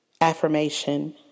affirmation